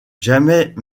jamais